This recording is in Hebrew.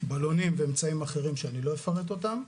בלונים ואמצעים אחרים שאני לא אפרט אותם,